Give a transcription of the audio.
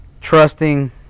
trusting